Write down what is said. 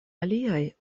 aliaj